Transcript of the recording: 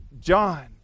John